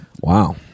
Wow